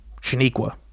Shaniqua